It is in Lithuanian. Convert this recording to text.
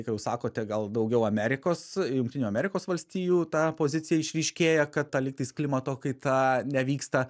jūs sakote gal daugiau amerikos jungtinių amerikos valstijų tą poziciją išryškėja kad ta lygtis klimato kaita nevyksta